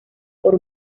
por